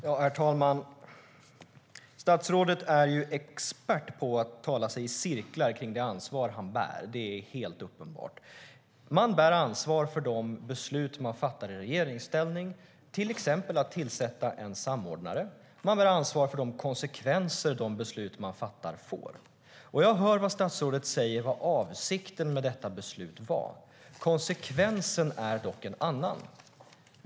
STYLEREF Kantrubrik \* MERGEFORMAT Svar på interpellationerMan bär ansvar för de beslut man fattar i regeringsställning, till exempel beslutet att tillsätta en samordnare. Man bär ansvar för de konsekvenser de beslut man fattar får. Jag hör vad statsrådet säger att avsikten var med detta beslut. Konsekvensen är dock en annan.